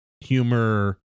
humor